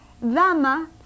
dama